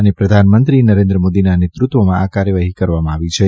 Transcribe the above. અને પ્રધાનમંત્રીશ્રી નરેન્દ્ર મોદીના નેતૃત્વમાં આ કાર્યવાહી કરવામાં આવી છે